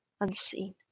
Unseen